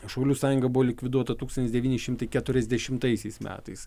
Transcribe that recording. šaulių sąjunga buvo likviduota tūkstantis devyni šimtai keturiasdešimtaisiais metais